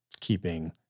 keeping